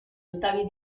ottavi